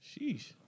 Sheesh